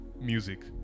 music